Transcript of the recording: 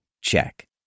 Check